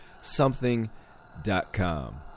Something.com